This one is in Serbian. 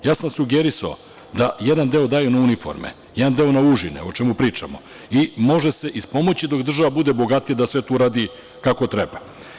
Ja sam sugerisao da jedan deo daju na uniforme, jedan deo na užine, o čemu pričamo i može se ispomoći dok država bude bogatija da sve to uradi kako treba.